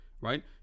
right